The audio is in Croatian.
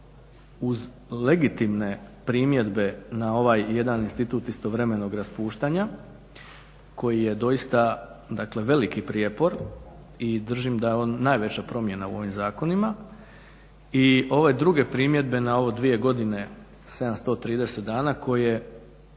uz legitimne primjedbe na ovaj jedan institut istovremenog raspuštanja koji je doista dakle veliki prijepor, i držim da je on najveća promjena u ovim zakonima, i ove druge primjedbe na ovo dvije godine 730 dana koji je,